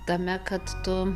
tame kad tu